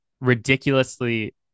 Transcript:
ridiculously